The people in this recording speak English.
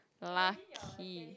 lucky